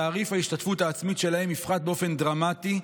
שתעריף ההשתתפות העצמית שלהם יפחת באופן דרמטי.